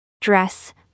Dress